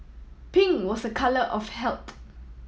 pink was a colour of health